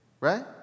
Right